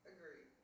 Agree